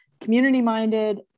community-minded